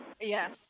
Yes